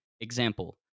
Example